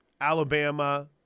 Alabama